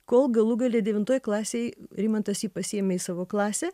kol galų gale devintoj klasėj rimantas jį pasiėmė į savo klasę